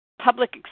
public